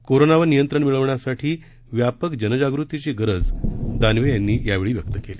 कोरोनावर नियंत्रण मिळवण्यासाठी व्यापक जनजागृतीची गरज दावने यांनी यावेळी बोलताना व्यक्त केली